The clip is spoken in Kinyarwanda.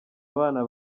abana